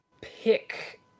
pick